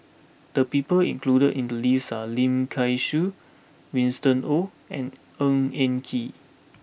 the people included in the list are Lim Kay Siu Winston Oh and Ng Eng Kee